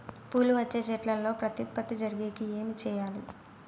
పూలు వచ్చే చెట్లల్లో ప్రత్యుత్పత్తి జరిగేకి ఏమి చేయాలి?